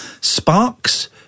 Sparks